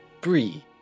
Bree